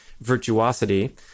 virtuosity